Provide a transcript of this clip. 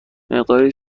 مقداری